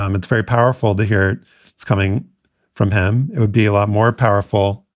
um it's very powerful to hear it's coming from him. it would be a lot more powerful,